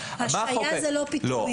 השעיה זה לא פיטורים.